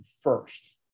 first